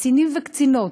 קצינים וקצינות,